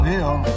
Hill